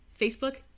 facebook